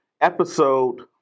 episode